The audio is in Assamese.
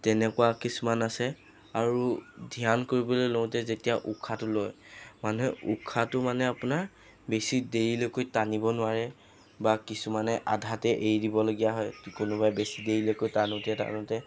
তেনেকুৱা কিছুমান আছে আৰু ধ্যান কৰিবলৈ লওঁতে যেতিয়া উশাহটো লয় মানুহে উশাহটো মানে আপোনাৰ বেছি দেৰিলৈকে টানিব নোৱাৰে বা কিছুমানে আধাতে এৰি দিবলগীয়া হয় তহ কোনোবাই বেছি দেৰিলৈকে টানোতে টানোতে